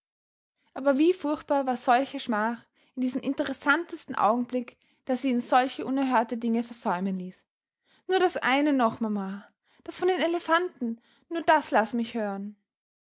aber wie furchtbar war solche schmach in diesem interessantesten augenblick da sie ihn solche unerhörte dinge versäumen ließ nur das eine noch mama das von den elefanten nur das laß mich hören